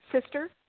sister